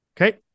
Okay